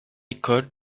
école